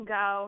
go